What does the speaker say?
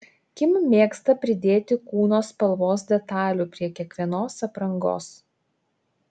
kim mėgsta pridėti kūno spalvos detalių prie kiekvienos aprangos